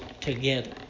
together